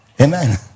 Amen